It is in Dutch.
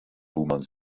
boeman